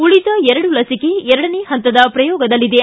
ಉಳಿದ ಎರಡು ಲಸಿಕೆ ಎರಡನೇ ಪಂತದ ಪ್ರಯೋಗದಲ್ಲಿದೆ